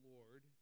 Lord